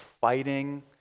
fighting